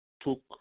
took